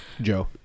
Joe